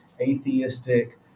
atheistic